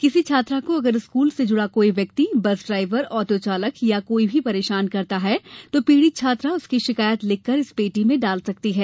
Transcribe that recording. किसी छात्रा को अगर स्कूल से जुड़ा कोई व्यक्ति बस ड्राइवर ऑटो चालक या कोई भी परेशान करता है तो पीड़ित छात्रा उसकी शिकायत लिखकर इस पेटी में डाल सकती है